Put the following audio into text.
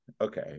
Okay